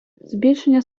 збільшення